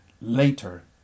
later